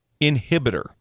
inhibitor